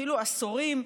ואפילו עשורים,